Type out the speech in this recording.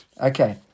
Okay